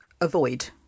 avoid